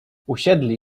usiedli